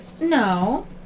No